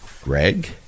Greg